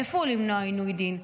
איפה הוא למנוע עינוי דין?